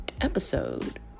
episode